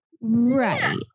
right